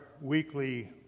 weekly